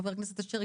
חבר הכנסת אשר,